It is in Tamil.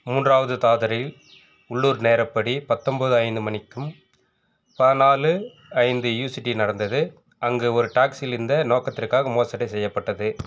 மூன்றாவது தாதரில் உள்ளூர் நேரப்படி பத்தொம்போது ஐந்து மணிக்கும் பதினாலு ஐந்து யூசிடி நடந்தது அங்கு ஒரு டாக்ஸியில் இந்த நோக்கத்திற்காக மோசடி செய்யப்பட்டது